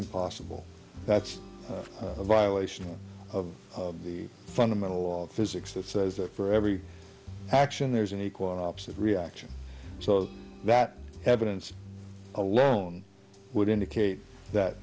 impossible that's a violation of the fundamental law of physics that says that for every action there's an equal and opposite reaction so that evidence alone would indicate that